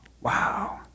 Wow